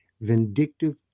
vindictive